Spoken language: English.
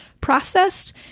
processed